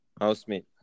Housemate